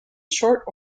short